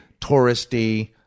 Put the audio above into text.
touristy